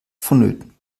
vonnöten